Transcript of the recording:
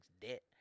debt